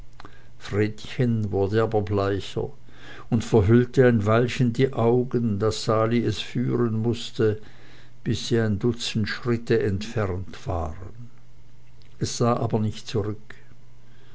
wurde aber bleicher und verhüllte ein weilchen die augen daß sali es führen mußte bis sie ein dutzend schritte entfernt waren es sah aber nicht zurück